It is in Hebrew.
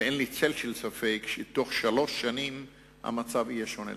ואין לי צל של ספק שבתוך שלוש שנים המצב יהיה שונה לגמרי.